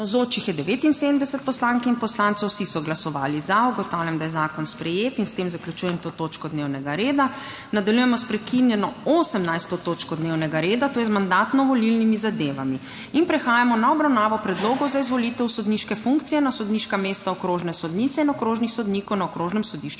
nihče. (Za je glasovalo 79.) (Proti nihče.) Ugotavljam, da je zakon sprejet. S tem zaključujem to točko dnevnega reda. Nadaljujemo sprekinjeno 18. točko dnevnega reda, to je z Mandatno-volilnimi zadevami. Prehajamo na obravnavo Predlogov za izvolitev sodniške funkcije na sodniška mesta okrožne sodnice in okrožnih sodnikov na Okrožnem sodišču